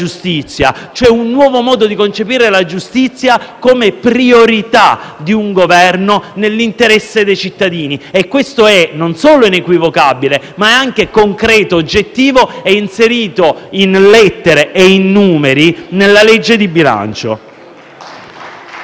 un nuovo modo di concepire la giustizia come priorità di un Governo nell'interesse dei cittadini. Ciò è non solo inequivocabile, ma anche concreto, oggettivo e inserito, con lettere e numeri, nella legge di bilancio.